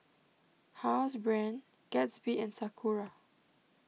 Housebrand Gatsby and Sakura